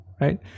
right